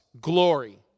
Glory